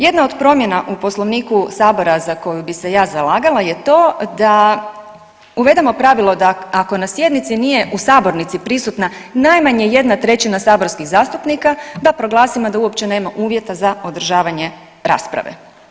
Jedna od promjena u Poslovniku sabora za koju bi se ja zalagala je to da uvedemo pravilo da ako na sjednici nije u sabornici prisutna najmanje jedna trećina saborskih zastupnika da proglasimo da uopće nema uvjeta za održavanje rasprave.